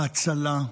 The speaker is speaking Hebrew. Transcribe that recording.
ההצלה,